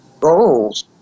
goals